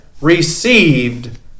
received